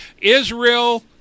Israel